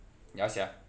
ya sia